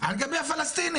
על גבי הפלסטינים.